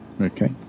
Okay